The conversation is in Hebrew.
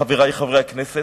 חברי חברי הכנסת,